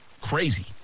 crazy